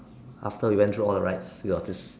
after we went through all the rights we are just